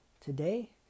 Today